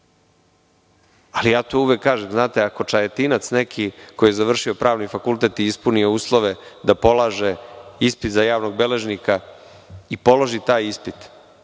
prilog tome. Uvek kažem, ako Čajetinac neki koji je završio pravni fakultet i ispunio uslove da polaže ispit za javnog beležnika i položi taj ispit,